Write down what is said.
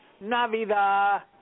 Navidad